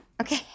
Okay